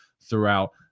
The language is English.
throughout